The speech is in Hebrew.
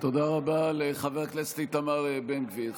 תודה רבה לחבר הכנסת איתמר בן גביר.